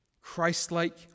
Christ-like